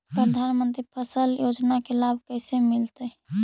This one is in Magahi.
प्रधानमंत्री फसल योजना के लाभ कैसे मिलतै?